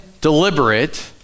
deliberate